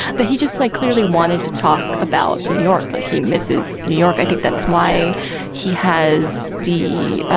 but he just like, clearly wanted to talk about new york like he misses new york i think that's why he has the